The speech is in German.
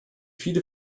viele